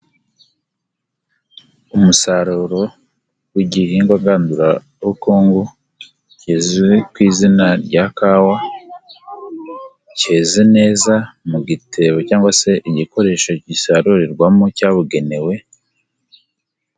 Umusaruro w'igihingwa ngandurabukungu kizwi ku izina rya Kawa, cyeze neza mu gitebo cyangwa se igikoresho gisarurirwamo cyabugenewe.